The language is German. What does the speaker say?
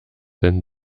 denn